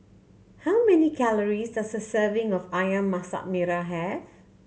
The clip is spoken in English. how many calories does a serving of Ayam Masak Merah have